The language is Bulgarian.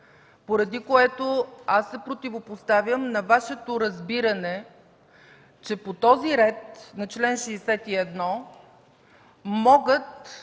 поради което аз се противопоставям на Вашето разбиране, че по този ред на чл. 61 могат